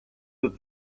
that